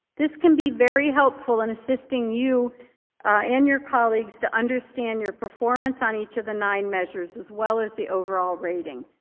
this can be very helpful in assisting you and your colleagues to understand your performance on each of the nine measures, as well as the overall rating.